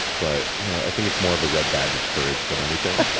but you know i think it's more of a red badge of courage than anything.